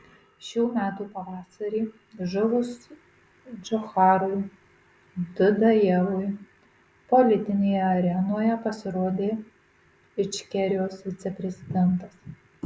šių metų pavasarį žuvus džocharui dudajevui politinėje arenoje pasirodė ičkerijos viceprezidentas